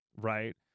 Right